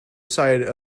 side